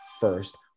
first